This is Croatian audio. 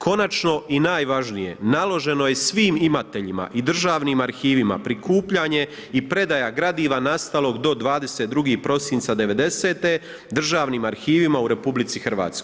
Konačno i najvažnije, naloženo je svim imateljima i državnim arhivima prikupljanje i predaja gradiva nastalog do 22. prosinca '90.-te državnim arhivima u RH.